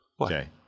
Okay